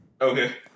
Okay